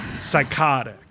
Psychotic